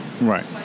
Right